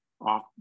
off